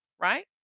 right